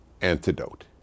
antidote